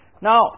Now